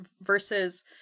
versus